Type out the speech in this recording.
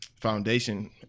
foundation